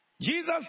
Jesus